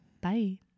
bye